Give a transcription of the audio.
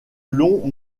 longs